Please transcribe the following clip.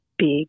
big